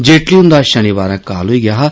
जेटली हुन्दा शनिवारें काल होई गेआ हा